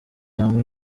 hamwe